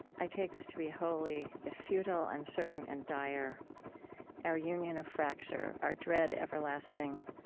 i take this to be holy if futile, uncertain and dire our union of fracture, our dread everlasting,